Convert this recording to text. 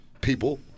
people